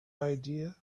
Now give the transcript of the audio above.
idea